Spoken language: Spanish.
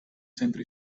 centro